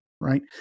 Right